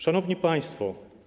Szanowni Państwo!